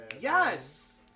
Yes